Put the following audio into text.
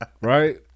right